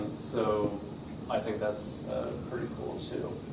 so i think that's pretty cool too.